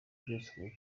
byose